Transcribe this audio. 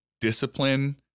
discipline